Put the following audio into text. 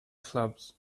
clubs